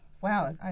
Wow